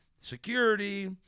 security